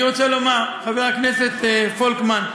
אני רוצה לומר, חבר הכנסת פולקמן,